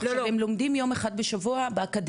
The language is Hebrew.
עכשיו הם לומדים יום אחד בשבוע באקדמיה,